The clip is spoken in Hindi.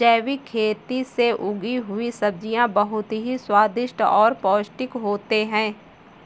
जैविक खेती से उगी हुई सब्जियां बहुत ही स्वादिष्ट और पौष्टिक होते हैं